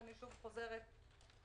מה שלא יכול לקרות בחודשיים או